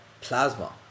plasma